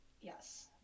Yes